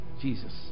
Jesus